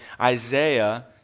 Isaiah